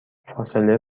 فاصله